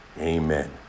Amen